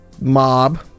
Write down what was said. mob